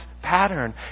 pattern